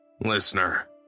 Listener